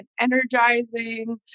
energizing